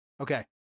Okay